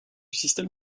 système